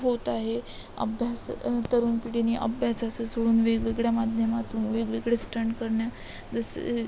होत आहे अभ्यास तरुण पिढीने अभ्यासाचं सोडून वेगवेगळ्या माध्यमातून वेगवेगळे स्टंट करणं जसं